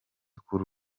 kuri